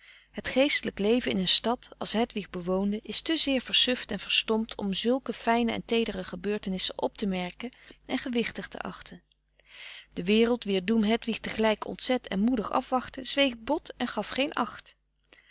het geestelijk leven in een stad als hedwig bewoonde is te zeer versuft en verstompt om zulke fijne en teedere gebeurtenissen op te merken en gewichtig te achten de wereld wier doem hedwig tegelijk ontzet en moedig afwachtte zweeg bot en gaf geen acht